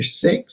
six